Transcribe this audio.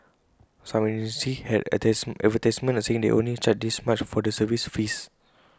some agencies had advertisements saying they only charge this much for the service fees